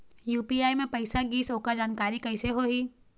UPI म पैसा गिस ओकर जानकारी कइसे होही?